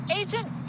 agent